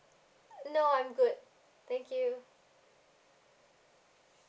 no I'm good thank you